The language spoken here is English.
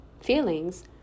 feelings